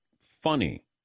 funny